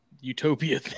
utopia